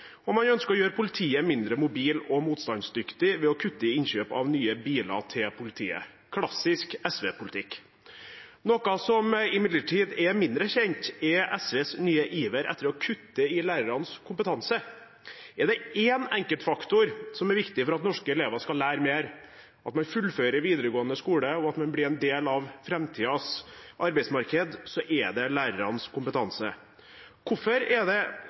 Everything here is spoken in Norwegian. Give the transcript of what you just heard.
og man ønsker å gjøre politiet mindre mobilt og motstandsdyktig ved å kutte i innkjøp av nye biler til politiet – klassisk SV-politikk. Noe som imidlertid er mindre kjent, er SVs nye iver etter å kutte i lærernes kompetanse. Er det én enkeltfaktor som er viktig for at norske elever skal lære mer, at man fullfører videregående skole, og at man blir en del av framtidens arbeidsmarked, er det lærernes kompetanse. Hvorfor er det